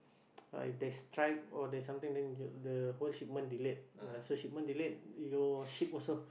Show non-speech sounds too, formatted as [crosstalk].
[breath] if there's strike or there's something then the the whole shipment delayed uh shipment delayed your ship also